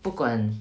不管